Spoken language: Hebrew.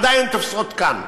הן עדיין תופסות כאן.